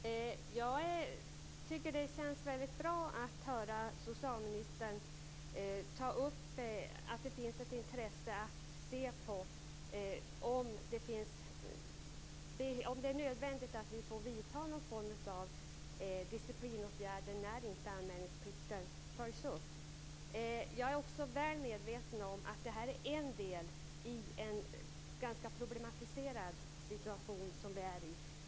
Fru talman! Jag tycker att det känns väldigt bra att höra att det finns ett intresse för att se om det är nödvändigt att vidta någon form av disciplinära åtgärder där anmälningsplikten inte efterlevs. Jag är väl medveten om att det här är en del i en ganska problematiserad situation.